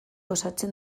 osatzen